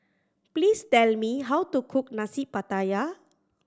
please tell me how to cook Nasi Pattaya